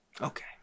okay